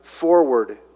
forward